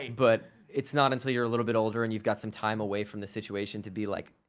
but it's not until you're a little bit older and you've got some time away from the situation to be like,